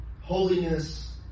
holiness